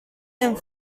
and